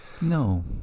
No